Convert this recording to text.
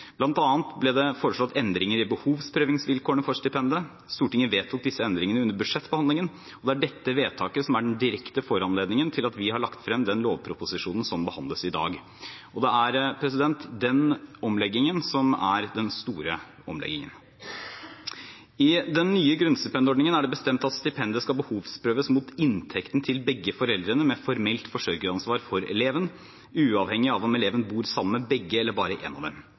ble det foreslått endringer i behovsprøvingsvilkårene for stipendet. Stortinget vedtok disse endringene under budsjettbehandlingen, og det er dette vedtaket som er den direkte foranledningen til at vi har lagt frem den lovproposisjonen som behandles i dag. Det er den omleggingen som er den store omleggingen. I den nye grunnstipendordningen er det bestemt at stipendet skal behovsprøves mot inntekten til begge foreldrene med formelt forsørgeransvar for eleven, uavhengig av om eleven bor sammen med begge eller bare en av dem.